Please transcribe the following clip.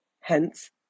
hence